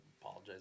apologize